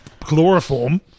Chloroform